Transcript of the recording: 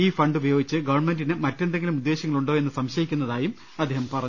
ഈ ഫണ്ട് ഉപയോഗിച്ച് ഗവൺമെന്റിന് മറ്റെന്തെങ്കിലും ഉദ്ദേശൃങ്ങളുണ്ടോയെന്ന് സംശയിക്കുന്നതായും അദ്ദേഹം പറഞ്ഞു